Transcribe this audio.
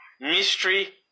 mystery